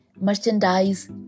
merchandise